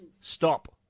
Stop